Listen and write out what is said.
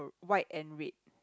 white and red